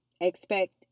expect